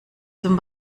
zum